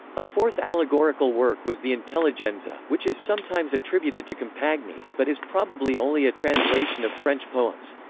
a fourth allegorical work was the intelligenza, which is sometimes attributed to compagni, but is probably only a translation of french poems.